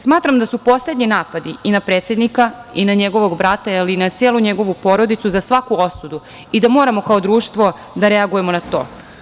Smatram da su poslednji napadi i na predsednika i na njegovog brata, ali i na celu njegovu porodicu za svaku osudu i da moramo kao društvo da reagujemo na to.